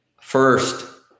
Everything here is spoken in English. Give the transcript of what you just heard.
first